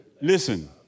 Listen